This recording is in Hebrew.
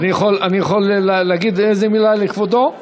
אני יכול להגיד איזה מילה לכבודו?